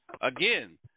again